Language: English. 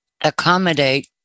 accommodate